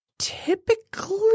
Typically